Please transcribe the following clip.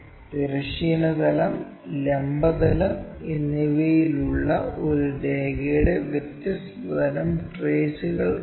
തിരശ്ചീന തലം ലംബ തലം എന്നിവയുള്ള ഒരു രേഖയുടെ വ്യത്യസ്ത തരം ട്രെയ്സുകൾ ഉണ്ട്